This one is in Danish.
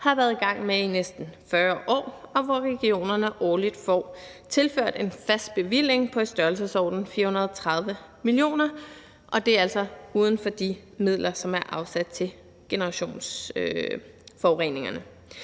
har været i gang med i næsten 40 år, og hvor regionerne årligt får tilført en fast bevilling i størrelsesordenen 430 mio. kr., og det er altså ud over de midler, som er afsat til generationsforureningerne.